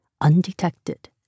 undetected